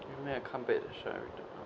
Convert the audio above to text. made a comeback assured